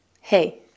Hey